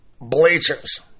bleachers